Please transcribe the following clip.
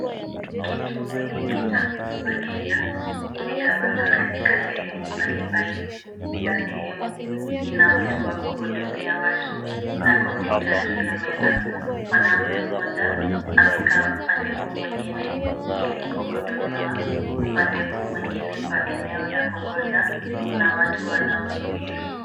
Kituo hiki cha huduma Kenya kimegawanywa katika sehemu mbalimbali. Kila sehemu ina mtu wa kuhudumia watu na kompyuta juu ya meza. Mwanaume mmoja amekaa upande huu mwingine ili kuhudumiwa. Upande huu mwingine pa eneo la kungoja kuna watu wanaosubiri.